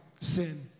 sin